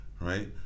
right